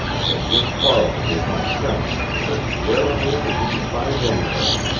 that jim farland is my friend and as square a man as you can find anywhere.